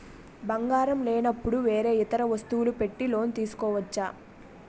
బంగారం లేనపుడు వేరే ఇతర వస్తువులు పెట్టి లోన్ తీసుకోవచ్చా?